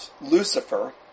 Lucifer